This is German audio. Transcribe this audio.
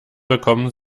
bekommen